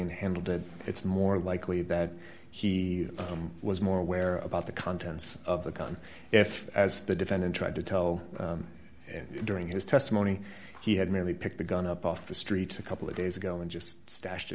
and handled it it's more likely that he was more aware about the contents of the gun if as the defendant tried to tell and during his testimony he had merely picked the gun up off the streets a couple of days ago and just stashed